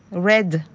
red,